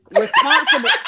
Responsible